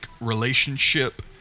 relationship